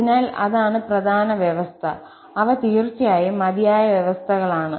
അതിനാൽ അതാണ് പ്രധാന വ്യവസ്ഥ അവ തീർച്ചയായും മതിയായ വ്യവസ്ഥകളാണ്